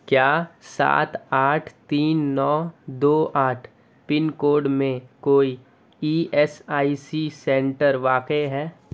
کیا سات آٹھ تین نو دو آٹھ پن کوڈ میں کوئی E S I C centre واقع ہے